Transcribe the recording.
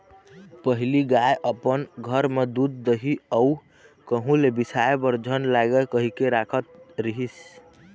पहिली गाय अपन घर बर दूद, दही अउ कहूँ ले बिसाय बर झन लागय कहिके राखत रिहिस